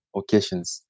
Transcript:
occasions